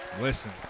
Listen